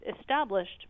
established